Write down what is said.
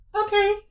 Okay